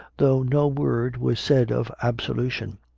though no word was said of absolution,